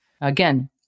Again